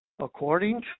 according